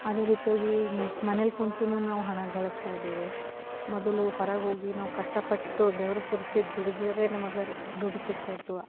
ಅದೇ ರೀತಿಯಾಗಿ ಮನೇಲಿ ಕೂತೂ ನಾವು ಹಣ ಗಳಿಸ್ತಾಯಿದ್ದೇವೆ ಮೊದಲು ಹೊರಗೆ ಹೋಗಿ ನಾವು ಕಷ್ಟಪಟ್ಟು ಬೆವ್ರು ಸುರಿಸಿ ದುಡಿದಿದ್ದರೆ ನಮ್ಗೆ ದುಡ್ಡು ಸಿಗ್ತಾಯಿತ್ತು